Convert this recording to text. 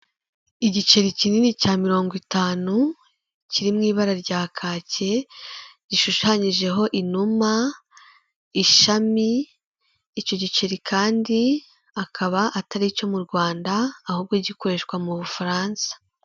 igiceri kinini cya mirongo iitanu kiri mu ibara rya kaki gishushanyijeho inuma ishami icyo giceri kandi akaba atari icyo mu rwanda ahubwo gikoreshwa mu bufaransa.